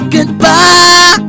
Goodbye